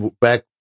back